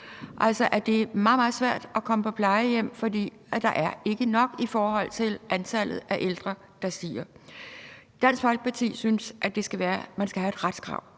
det er meget, meget svært at komme på plejehjem, fordi der ikke er nok i forhold til antallet af ældre, der stiger. Dansk Folkeparti synes, at man skal have et retskrav